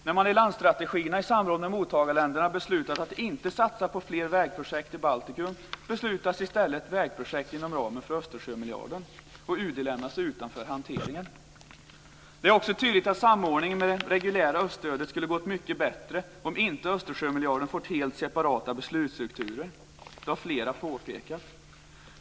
När man i landstrategierna i samråd med mottagarländerna beslutat att inte satsa på fler vägprojekt i Baltikum beslutas i stället om vägprojekt inom ramen för Östersjömiljarden, och UD lämnas utanför hanteringen. Det är också tydligt att samordningen med det reguljära öststödet skulle gått mycket bättre om Östersjömiljarden inte fått helt separata beslutsstrukturer. Det har flera påpekat.